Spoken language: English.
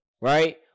right